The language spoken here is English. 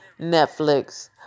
Netflix